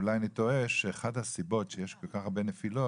אולי אני טועה שאחת הסיבות שיש כל כך הרבה נפילות,